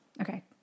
Okay